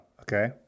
okay